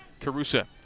Carusa